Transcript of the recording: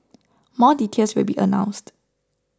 more details will be announced